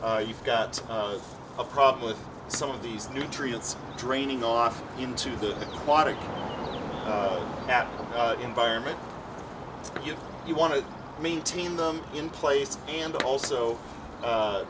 you've got a problem with some of these nutrients draining off into the water that environment if you want to maintain them in place and also